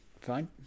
Fine